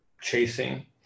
chasing